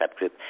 subgroup